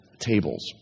tables